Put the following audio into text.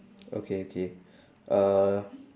okay okay uh